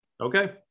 Okay